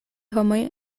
homoj